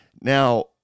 Now